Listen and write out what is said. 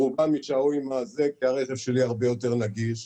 רובם יישארו עם זה, כי הרכב שלי הרבה יותר נגיש.